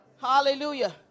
Hallelujah